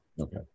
Okay